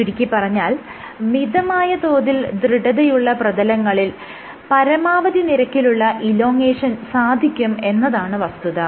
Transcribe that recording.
ചുരുക്കിപ്പറഞ്ഞാൽ മിതമായ തോതിൽ ദൃഢതയുള്ള പ്രതലങ്ങളിൽ പരമാവധി നിരക്കിലുള്ള ഇലോങേഷൻ സാധിക്കും എന്നതാണ് വസ്തുത